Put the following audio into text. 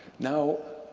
now,